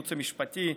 הייעוץ המשפטי: